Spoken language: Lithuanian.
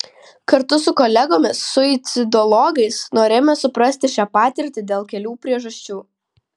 kartu su kolegomis suicidologais norėjome suprasti šią patirtį dėl kelių priežasčių